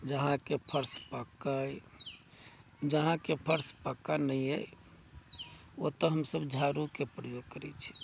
जहाँके फर्श पक्का अइ जहाँके फर्श पक्का नै अइ ओतय हमसभ झाड़ूके प्रयोग करै छी